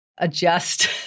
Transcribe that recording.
adjust